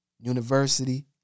University